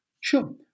Sure